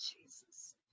Jesus